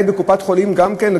בקופת-חולים גם כן.